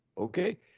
okay